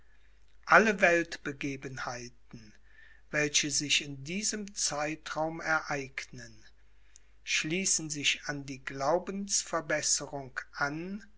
alle weltbegebenheiten welche sich in diesem zeitraum ereignen schließen sich an die glaubensverbesserung an